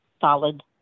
solid